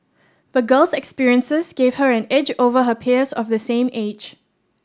the girl's experiences gave her an edge over her peers of the same age